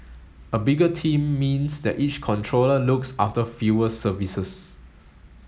a bigger team means that each controller looks after fewer services